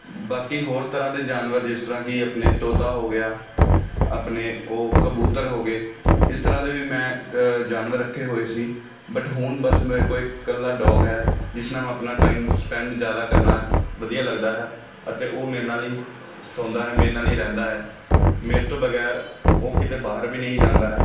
ਬਾਕੀ ਹੋਰ ਤਰ੍ਹਾਂ ਦੇ ਜਾਨਵਰ ਜਿਸ ਤਰ੍ਹਾਂ ਕਿ ਆਪਣੇ ਤੋਤਾ ਹੋ ਗਿਆ ਆਪਣੇ ਉਹ ਕਬੂਤਰ ਹੋ ਗਏ ਇਸ ਤਰ੍ਹਾਂ ਦੇ ਵੀ ਮੈਂ ਜਾਨਵਰ ਰੱਖੇ ਹੋਏ ਸੀ ਬੱਟ ਹੁਣ ਬਸ ਮੇਰੇ ਕੋਲ ਇੱਕ ਇਕੱਲਾ ਡੋਗ ਹੈ ਜਿਸ ਨਾਲ ਮੈਂ ਆਪਣਾ ਟਾਈਮ ਸਪੈਂਡ ਜ਼ਿਆਦਾ ਕਰਨਾ ਵਧੀਆ ਲੱਗਦਾ ਹੈ ਅਤੇ ਉਹ ਮੇਰੇ ਨਾਲ ਹੀ ਸੌਂਦਾ ਹੈ ਮੇਰੇ ਨਾਲ ਹੀ ਰਹਿੰਦਾ ਹੈ ਮੇਰੇ ਤੋਂ ਵਗੈਰ ਉਹ ਕਿਤੇ ਬਾਹਰ ਵੀ ਨਹੀਂ ਜਾਂਦਾ ਹੈ